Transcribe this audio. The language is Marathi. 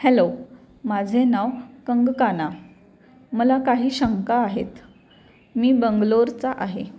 हॅलो माझे नाव कंगकांना मला काही शंका आहेत मी बंगलोरचा आहे